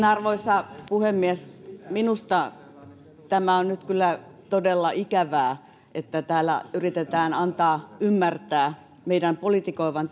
arvoisa puhemies minusta tämä on nyt kyllä todella ikävää että täällä yritetään antaa ymmärtää meidän politikoivan